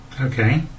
okay